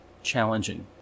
challenging